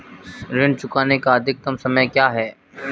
ऋण चुकाने का अधिकतम समय क्या है?